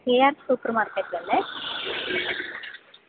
near super മാർക്കറ്റല്ലേ